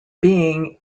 being